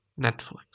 Netflix